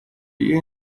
you